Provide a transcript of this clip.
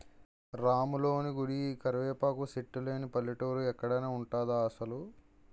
రాములోని గుడి, కరివేపాకు సెట్టు లేని పల్లెటూరు ఎక్కడైన ఉంటదా అసలు?